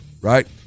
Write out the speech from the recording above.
right